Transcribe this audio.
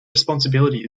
responsibility